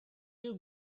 you